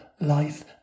life